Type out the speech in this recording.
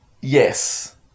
yes